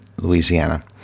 Louisiana